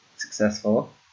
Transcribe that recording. successful